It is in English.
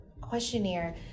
questionnaire